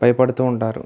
భయపడుతూ ఉంటారు